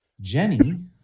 Jenny